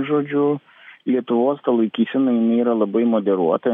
žodžiu lietuvos ta laikysena jinai yra labai moderuota